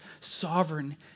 sovereign